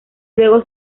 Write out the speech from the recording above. luego